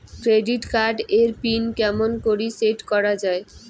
Credit card এর pin কেমন করি সেট করা য়ায়?